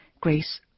Grace